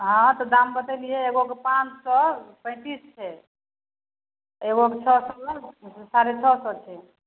हँ तऽ दाम बतेलिए एगोके पाँच सओ पैँतिस छै एगोके छओ सओ साढ़े छओ सओ छै